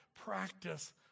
Practice